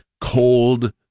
cold